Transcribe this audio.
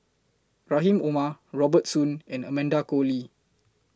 Rahim Omar Robert Soon and Amanda Koe Lee